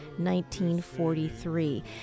1943